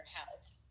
house